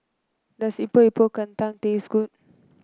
does Epok Epok Kentang taste good